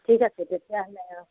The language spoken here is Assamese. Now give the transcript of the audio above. ঠিক আছে তেতিয়াহ'লে